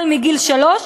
מגיל שלוש,